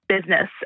business